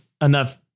enough